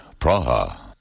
Praha